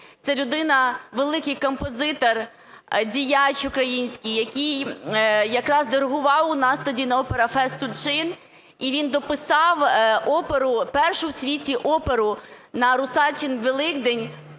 Це людина – великий композитор, діяч український, який якраз диригував у нас тоді на "ОпераФест Тульчин", і він дописав оперу, першу в світі оперу "На Русалчин Великдень"